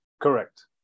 Correct